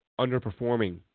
underperforming